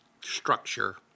structure